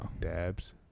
Dabs